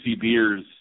beers